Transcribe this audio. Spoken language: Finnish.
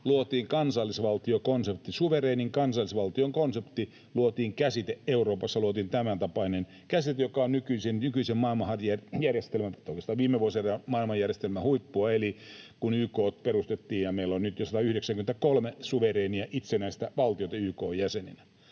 luotiin kansallisvaltiokonsepti, suvereenin kansallisvaltion konsepti. Euroopassa luotiin tämäntapainen käsite, joka on nykyisen maailmanjärjestelmän, oikeastaan viime vuosisadan maailmanjärjestelmän, huippua, kun YK perustettiin, ja meillä on nyt jo 193 suvereenia, itsenäistä valtiota YK:n jäseninä.